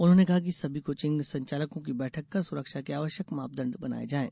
उन्होंने कहा कि सभी कोचिंग संचालकों की बैठक कर सुरक्षा के आवश्यक मापदंड बनाये जायें